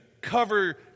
cover